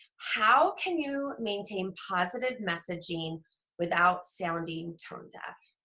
how can you maintain positive messaging without sounding tone-deaf?